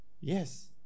Yes